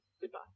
Goodbye